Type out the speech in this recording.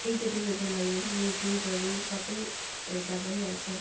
इन्टरटेन्मेन्टको लागि पनि यू ट्युबहरू सबै हेर्दा भइहाल्छ